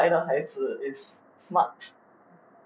then 你生出来的孩子 is smart